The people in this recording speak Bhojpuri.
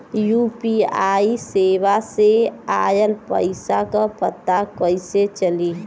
यू.पी.आई सेवा से ऑयल पैसा क पता कइसे चली?